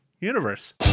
universe